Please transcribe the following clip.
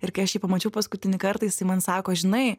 ir kai aš jį pamačiau paskutinį kartą jisai man sako žinai